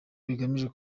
bigamije